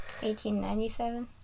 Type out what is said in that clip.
1897